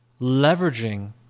leveraging